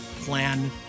plan